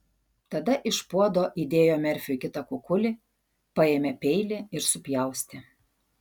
tada iš puodo įdėjo merfiui kitą kukulį paėmė peilį ir supjaustė